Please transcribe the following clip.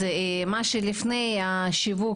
מה שלפני השיווק,